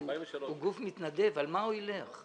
הוא גוף מתנדב, על מה הוא ילך?